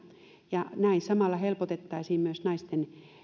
näin samalla helpotettaisiin myös